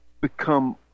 become